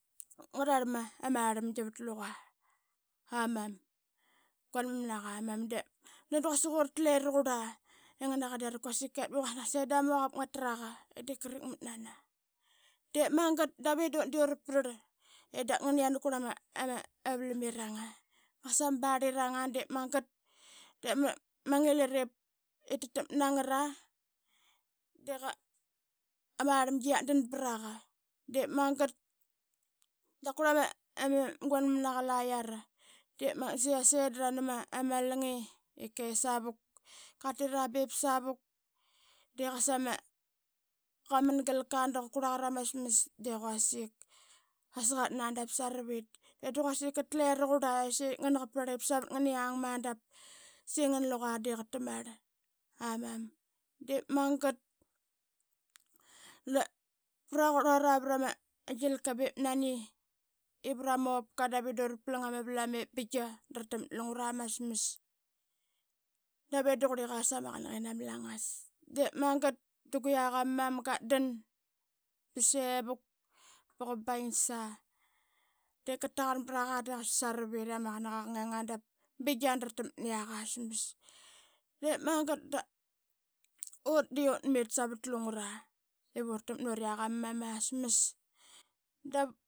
Ngar arlma marlamgi vat luqa amam gua nmn manaqa mam de da quasik uratle raqurla i ngan aqa de arait quasik qet. Ba qasa i dama mu aqavap ngatraqa ip diip qarakmat nana, de magat dave dut de ura prl i da ngan i yan kuarl ama ama vlamiranga. Qasa ma barliranga de magat da ma ngit ip tatakmat na ngra, dama rlangi yat dan braqi de braqa de magat da qurla ma ma guan mnmanaga laira de magat da saysi dra nam ama langi ip qaet savuk. Qatira be savuk, de qasa ma qaman galka da qa kuarlaqa rama smas de quasik qasa qat dan a de sarvit be da quasik qatle raqurla. Saqip ngana qa prl savat yang ma da saiqi ngan luqa de qatamarl amam de magat da pra qurlura vrama gilka be nani, vrama upka dave dura plang ama vlam ip binga dra takmat na lungra ama smas. Dave da qurliqa sama qanaqini ama langas, de magat da gu yak ama mam qatdan ba semak da qa baing sasa de qataqan braqa de qasa saravit i ama qanaqaqa qanganga dap bingia dra takmat ni aqa smas. De magat dut de utmit savat lungra ip urtakmat na ura yak ama mam asmas dapa.